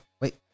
Wait